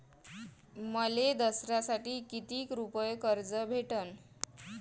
मले दसऱ्यासाठी कितीक रुपये कर्ज भेटन?